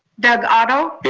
doug otto?